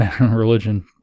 religion